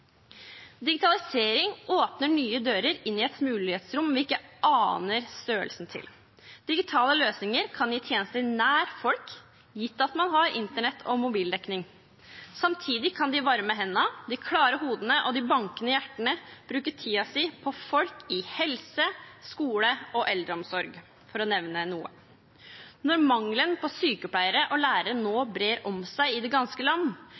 Digitalisering åpner nye dører inn i et mulighetsrom vi ikke aner størrelsen på. Digitale løsninger kan gi tjenester nær folk, gitt at man har internett- og mobildekning. Samtidig kan de varme hendene, de klare hodene og de bankende hjertene bruke tiden sin på helse, skole og eldreomsorg, for å nevne noe. Når mangelen på sykepleiere og lærere nå brer om seg i det ganske land,